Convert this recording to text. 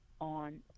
on